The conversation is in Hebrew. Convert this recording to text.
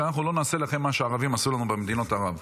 שאנחנו לא נעשה לכם מה שהערבים עשו לנו במדינות ערב,